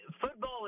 football